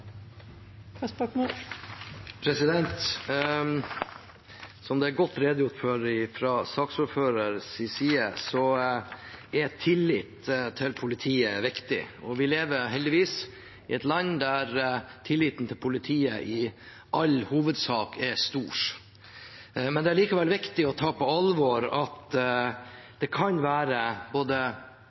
godt redegjort for fra saksordføreren side, er tillit til politiet viktig. Vi lever heldigvis i et land der tilliten til politiet i all hovedsak er stor. Det er likevel viktig å ta på alvor at det kan være både